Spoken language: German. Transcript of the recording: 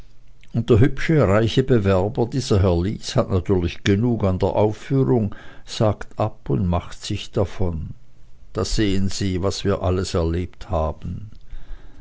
und der hübsche reiche bewerber dieser herr lys hat natürlich genug an der aufführung sagt ab und macht sich davon da sehen sie was wir alles erlebt haben